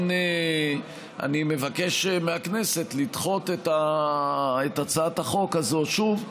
אני מבקש מהכנסת לדחות את הצעת החוק הזאת, שוב,